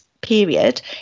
period